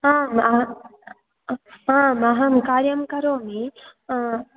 आम् आम् आम् अहं कार्यं करोमि